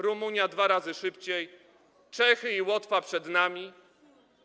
Rumunia dwa razy szybciej, Czechy i Łotwa przed nami.